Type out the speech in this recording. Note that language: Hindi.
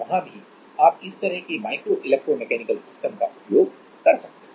तो वहाँ भी आप इस तरह के माइक्रो इलेक्ट्रो मैकेनिकल सिस्टम का उपयोग कर सकते हैं